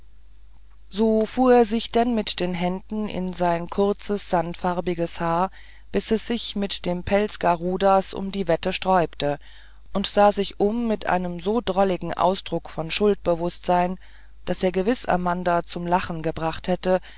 so fuhr er sich denn mit den händen in sein kurzes sandfarbiges haar bis es sich mit dem pelz garudas um die wette sträubte und sah sich um mit einem so drolligen ausdruck von schuldbewußtsein daß er gewiß amanda zum lachen gebracht hätte